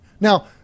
Now